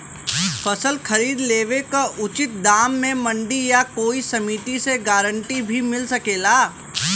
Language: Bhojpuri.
फसल खरीद लेवे क उचित दाम में मंडी या कोई समिति से गारंटी भी मिल सकेला?